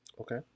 okay